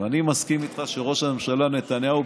אני מסכים איתך שראש הממשלה נתניהו,